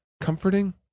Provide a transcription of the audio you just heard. comforting